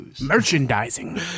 Merchandising